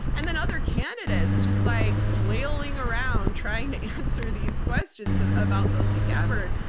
and then other candidates just like flailing around, trying to answer these questions um about tulsi gabbard.